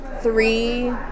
three